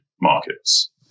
markets